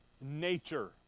Nature